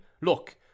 look